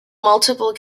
multiple